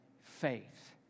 faith